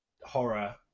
horror